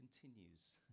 continues